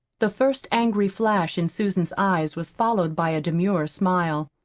the first angry flash in susan's eyes was followed by a demure smile.